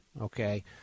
okay